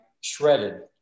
shredded